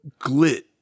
glit